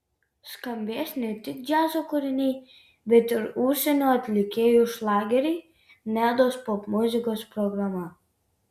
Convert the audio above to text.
skambės ne tik džiazo kūriniai bet ir užsienio atlikėjų šlageriai nedos popmuzikos programa